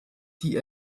die